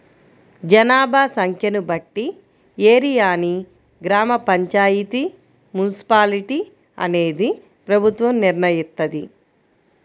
జనాభా సంఖ్యను బట్టి ఏరియాని గ్రామ పంచాయితీ, మున్సిపాలిటీ అనేది ప్రభుత్వం నిర్ణయిత్తది